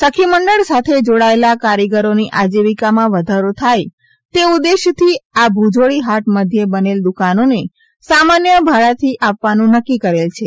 સખીમંડળ સાથે જોડાયેલા કારીગરોની આજીવિકામા વધારો થાય તે ઉદ્દેશથી આ ભૂજોડી હાટ મધ્યે બનેલ દુકાનોને સામાન્ય ભાડાથી આપવાનું નક્કી કરેલ છે